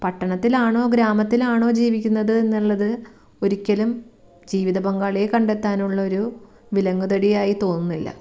പട്ടണത്തിലാണോ ഗ്രാമത്തിലാണോ ജീവിക്കുന്നത് എന്നുള്ളത് ഒരിക്കലും ജീവിതപങ്കാളിയെ കണ്ടത്താനുള്ളൊരു വിലങ്ങുതടിയായി തോന്നുന്നില്ല